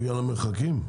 בגלל המרחקים?